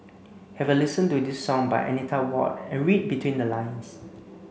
have a listen to this song by Anita Ward and read between the lines